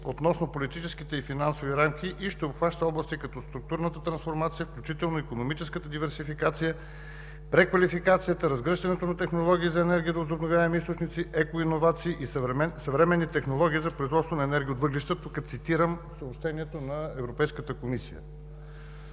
относно политическите и финансовите рамки и ще обхваща области, като структурната трансформация, включително икономическата диверсификация, преквалификацията, разгръщането на технологии за енергията от възобновяеми източници, екоиновации и съвременни технологии за производство на енергия от въглища – тук цитирам съобщението на Европейската комисия.